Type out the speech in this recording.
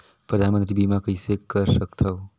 परधानमंतरी बीमा कइसे कर सकथव?